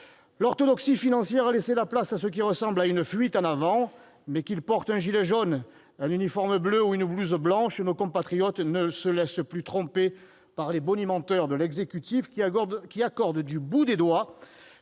L'orthodoxie financière a laissé la place à ce qui ressemble à une fuite en avant. Mais, qu'ils portent un gilet jaune, un uniforme bleu ou une blouse blanche, nos compatriotes ne se laissent plus tromper par les bonimenteurs de l'exécutif, qui accordent du bout des doigts